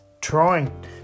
trying